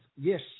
Yes